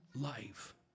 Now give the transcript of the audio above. life